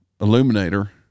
Illuminator